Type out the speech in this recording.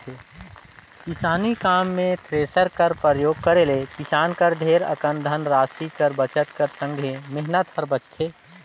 किसानी काम मे थेरेसर कर परियोग करे ले किसान कर ढेरे अकन धन रासि कर बचत कर संघे मेहनत हर बाचथे